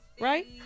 right